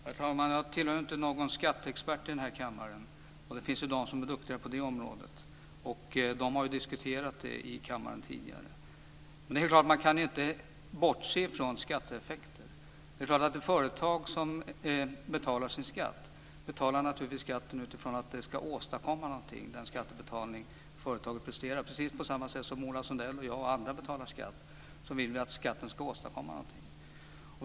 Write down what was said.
Herr talman! Jag tillhör inte skattexperterna i denna kammare. Det finns de som är duktiga på det området. De har ju diskuterat detta i kammaren tidigare. Men det är klart att man inte kan bortse från skatteeffekter. Ett företag som betalar sin skatt betalar naturligtvis skatten utifrån att den ska åstadkomma någonting, precis på samma sätt som Ola Sundell och jag och andra betalar skatt därför att vi vill att skatten ska åstadkomma någonting.